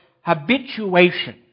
habituation